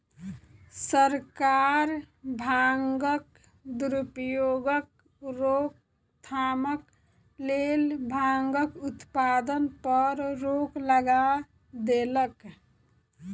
सरकार भांगक दुरुपयोगक रोकथामक लेल भांगक उत्पादन पर रोक लगा देलक